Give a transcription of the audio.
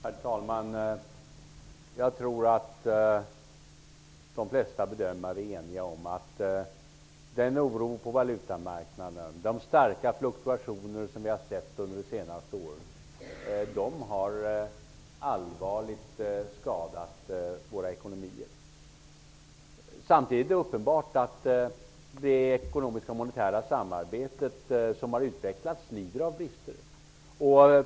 Herr talman! Jag tror att de flesta bedömare är eniga om att den oro på valutamarknaden och de starka fluktuationer som vi har sett under det senaste året har allvarligt skadat våra ekonomier. Samtidigt är det uppenbart att det ekonomiska och monetära samarbete som har utvecklats lider av brister.